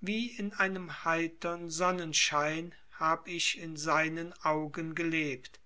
wie in einem heitern sonnenschein hab ich in seinen augen gelebt